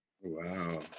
Wow